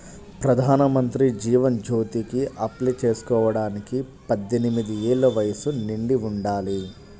ప్రధానమంత్రి జీవన్ జ్యోతికి అప్లై చేసుకోడానికి పద్దెనిది ఏళ్ళు వయస్సు నిండి ఉండాలి